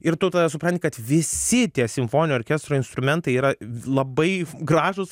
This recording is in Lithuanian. ir tu supranti kad visi tie simfoninio orkestro instrumentai yra labai gražūs